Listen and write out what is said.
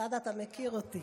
סעדה, אתה מכיר אותי.